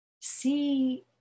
see